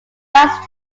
last